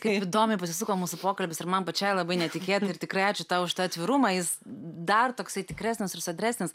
kaip įdomiai pasisuko mūsų pokalbis ir man pačiai labai netikėtai ir tikrai ačiū tau už tą atvirumą jis dar toksai tikresnis ir sodresnis